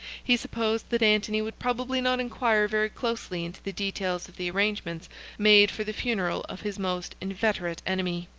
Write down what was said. he supposed that antony would probably not inquire very closely into the details of the arrangements made for the funeral of his most inveterate enemy.